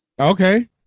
Okay